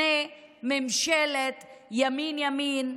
לממשלת ימין ימין,